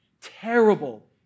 terrible